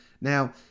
Now